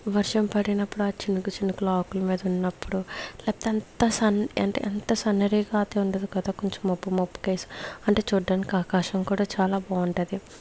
వర్షం పడినప్పుడు ఆ చినుకు చినుకులు ఆకుల మీద ఉన్నప్పుడు లేకపోతే ఎంత సన్ అంటే ఎంత సన్నరీగా అది ఉండదు కదా కొంచం మబ్బు మబ్బుకేసి అంటే చూడ్డానికి ఆకాశం కూడా చాలా బాగుంటది